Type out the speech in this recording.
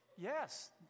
Yes